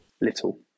little